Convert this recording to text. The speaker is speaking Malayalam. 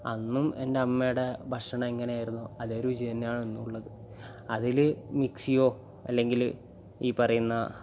അന്നും എൻ്റെ അമ്മയുടെ ഭക്ഷണം എങ്ങനെ ആയിരുന്നോ അതെ രുചി തന്നെയാണ് ഇന്നും ഉള്ളത് അതിൽ മിക്സിയോ അല്ലെങ്കിൽ ഈ പറയുന്ന